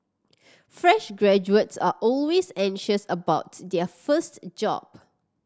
fresh graduates are always anxious about their first job